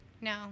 No